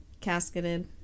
casketed